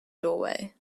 doorway